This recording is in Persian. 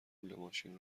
ماشین